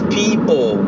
people